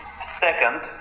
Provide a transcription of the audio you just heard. Second